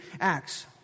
Acts